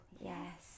Yes